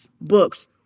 books